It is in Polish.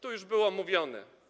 Tu już było mówione.